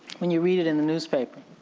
when you read it in the newspaper.